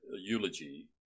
eulogy